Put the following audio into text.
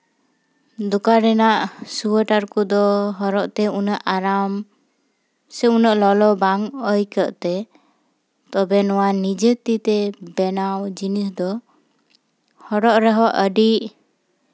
ᱫᱚᱠᱟᱱ ᱨᱮᱭᱟᱜ ᱥᱩᱣᱟᱹᱴᱟᱨ ᱠᱚᱫᱚ ᱦᱚᱨᱚᱜ ᱨᱮ ᱩᱱᱟᱹᱜ ᱟᱨᱟᱢ ᱥᱮ ᱩᱱᱟᱹᱜ ᱞᱚᱞᱚ ᱵᱟᱝ ᱟᱹᱭᱠᱟᱹᱜ ᱛᱮ ᱛᱚᱵᱮ ᱱᱚᱣᱟ ᱱᱤᱡᱮ ᱛᱤᱛᱮ ᱵᱮᱱᱟᱣ ᱡᱤᱱᱤᱥ ᱫᱚ ᱦᱚᱨᱚᱜ ᱨᱮᱦᱚᱸ ᱟᱹᱰᱤ